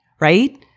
right